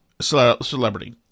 celebrity